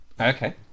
Okay